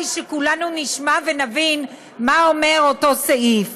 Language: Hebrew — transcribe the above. שכולנו נשמע ונבין מה אומר אותו סעיף.